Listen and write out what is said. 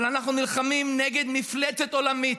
אבל אנחנו נלחמים נגד מפלצת עולמית,